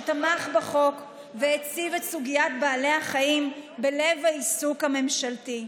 שתמך בחוק והציב את סוגיית בעלי החיים בלב העיסוק הממשלתי.